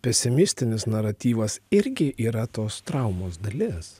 pesimistinis naratyvas irgi yra tos traumos dalis